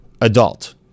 adult